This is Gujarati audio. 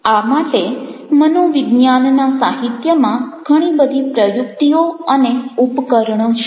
આ માટે મનોવિજ્ઞાનના સાહિત્યમાં ઘણી બધી પ્રયુક્તિઓ અને ઉપકરણો છે